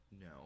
No